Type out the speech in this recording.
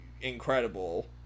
incredible